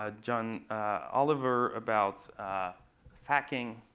ah john oliver about phacking.